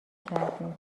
کردیم